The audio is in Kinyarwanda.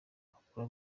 amakuru